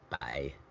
Bye